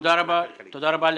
תודה רבה.